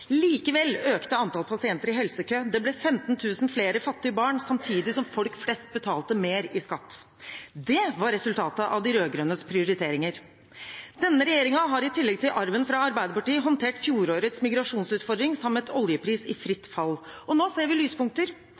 Likevel økte antall pasienter i helsekø, det ble 15 000 flere fattige barn, samtidig som folk flest betalte mer i skatt. Det var resultatet av de rød-grønnes prioriteringer. Denne regjeringen har i tillegg til arven fra Arbeiderpartiet håndtert fjorårets migrasjonsutfordring samt en oljepris i fritt fall. Nå ser vi lyspunkter.